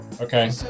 Okay